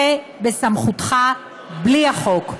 זה בסמכותך בלי החוק.